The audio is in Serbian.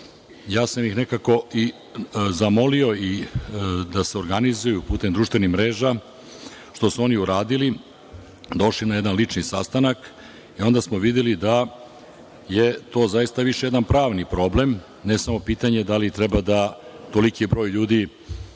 Ja sam ih nekako zamolio da se organizuju putem društvenih mreža, što su oni uradili, došli na jedan lični sastanak i onda smo videli da je to zaista više jedan pravni problem, ne samo pitanje da li treba da toliki broj ljudi